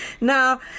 now